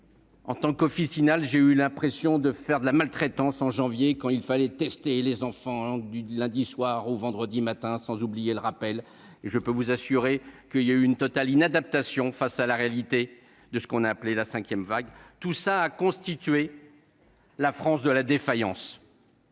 En tant qu'officinal, j'ai eu l'impression de faire de la maltraitance au mois de janvier quand il fallait tester les enfants du lundi soir au vendredi matin, sans oublier le rappel ... Je vous assure qu'il y a eu une totale inadaptation face à la réalité de ce qu'on a appelé la « cinquième vague ». Tout cela a constitué la France de la défaillance.